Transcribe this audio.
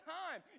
time